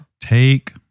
Take